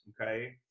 okay